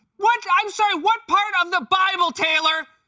what i'm sorry what part of the bible, taylor,